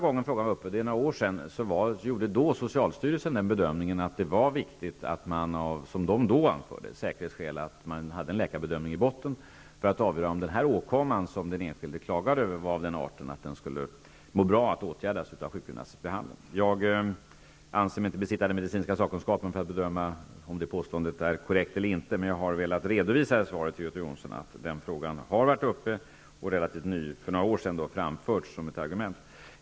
När frågan var uppe för några år sedan gjorde socialstyrelsen bedömningen att det var viktigt -- det var vad man då anförde -- att man av säkerhetsskäl hade en läkarbedömning i botten för att avgöra om den åkomma som den enskilde klagade över var av den arten att den passade bra för sjukgymnastbehandling. Jag anser mig inte besitta den medicinska sakkunskapen för att kunna bedöma om detta påstående är korrekt eller ej, men jag har i svaret velat redovisa för Göte Jonsson att frågan har varit uppe för några år sedan och att det här argumentet framfördes.